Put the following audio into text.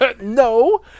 No